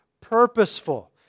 purposeful